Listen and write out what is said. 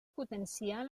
potenciar